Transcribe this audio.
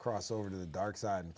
cross over to the dark side and